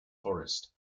forest